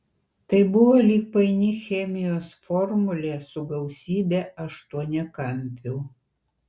tai buvo lyg paini chemijos formulė su gausybe aštuoniakampių